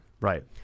Right